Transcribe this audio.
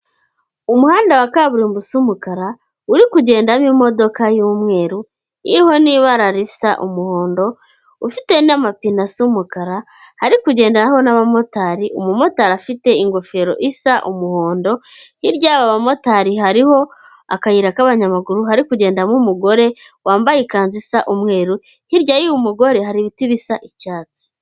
Umuhanda wa kaburimbo usa umukara uri kugendamo imodoka y'umweru, iriho n'ibara risa umuhondo ufite n'amapine asa umukara hari kugenderaho n'umumotari. Umumotari afite ingofero isa umuhondo hirya y'aba bamotari hariho akayira k'abanyamaguru hari kugendamo umugore wambaye ikanzu isa umweru, hirya y'uyu mugore hari ibiti bisa icyatsi.